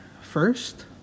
first